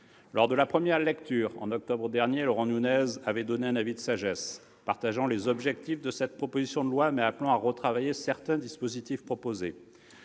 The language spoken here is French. Lors de la première lecture, en octobre dernier, Laurent Nunez avait donné un avis de sagesse, approuvant les objectifs de cette proposition de loi, mais appelant à retravailler les dispositifs proposés.